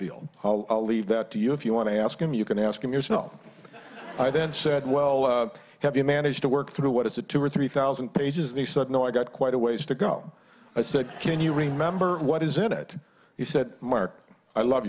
feel i'll leave that to you if you want to ask him you can ask him yourself i then said well have you managed to work through what is it two or three thousand pages and he said no i got quite a ways to go i said can you remember what is it he said mark i love